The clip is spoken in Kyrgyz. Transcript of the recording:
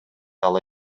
ала